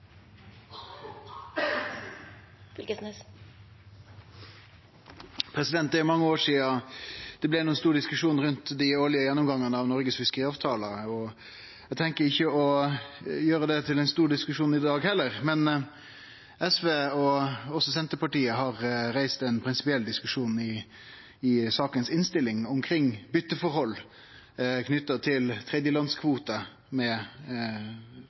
mange år sidan det har blitt nokon stor diskusjon rundt den årlege gjennomgangen av Noregs fiskeriavtaler, og eg tenkjer ikkje å gjere det til ein stor diskusjon i dag heller. SV og Senterpartiet har reist ein prinsipiell diskusjon i innstillinga til saka omkring byteforhold knytt til tredjelands kvote, med